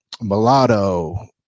Mulatto